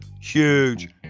huge